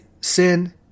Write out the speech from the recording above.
sin